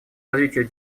развитию